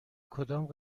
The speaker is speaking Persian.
کدام